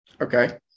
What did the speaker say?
Okay